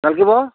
নালগিব